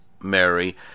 Mary